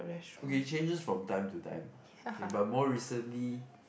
okay it changes from time to time okay but more recently